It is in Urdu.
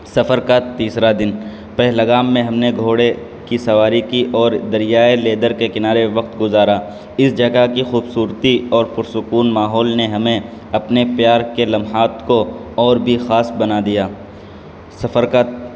سفر کا تیسرا دن پہلگام میں ہم نے گھوڑے کی سواری کی اور دریائے لیدر کے کنارے وقت گزارا اس جگہ کی خوبصورتی اور پرسکون ماحول نے ہمیں اپنے پیار کے لمحات کو اور بھی خاص بنا دیا سفر کا